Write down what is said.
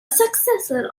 successor